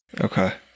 Okay